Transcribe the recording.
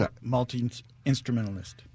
Multi-instrumentalist